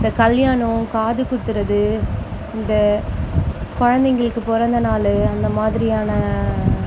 இந்த கல்யாணம் காது குத்துகிறது இந்த குழந்தைங்களுக்கு பிறந்த நாள் அந்த மாதிரியான